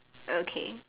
okay